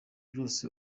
byose